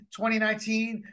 2019